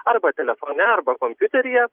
arba telefone arba kompiuteryje